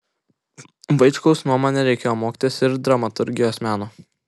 vaičkaus nuomone reikėjo mokytis ir dramaturgijos meno